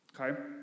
Okay